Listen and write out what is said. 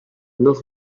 nord